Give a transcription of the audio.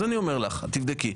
אז אני אומר לך, תבדקי.